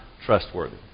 trustworthy